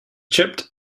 chipped